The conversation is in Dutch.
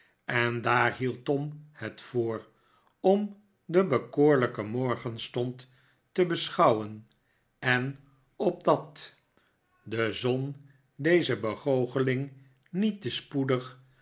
en daar hield tom het voor om den bekoorlijken morgenstond te beschouwen en opdat de zon deze begoocheling niet te spoedig